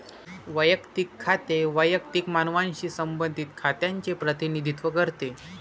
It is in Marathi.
वैयक्तिक खाते वैयक्तिक मानवांशी संबंधित खात्यांचे प्रतिनिधित्व करते